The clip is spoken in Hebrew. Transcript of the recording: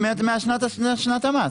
משנת המס.